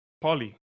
polly